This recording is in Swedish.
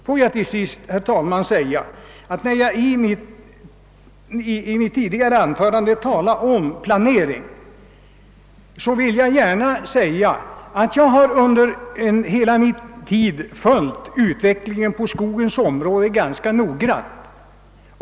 Låt mig till sist, herr talman, säga att när jag tidigare talade om planering så byggde mitt anförande på att jag under hela min verksamhet har följt utvecklingen på skogens område ganska noggrant.